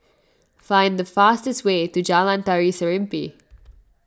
find the fastest way to Jalan Tari Serimpi